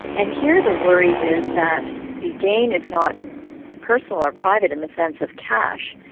and here the worry is that the gain is not personal or private in the sense of cash,